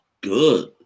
good